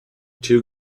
two